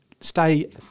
stay